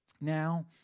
now